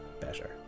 better